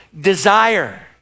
desire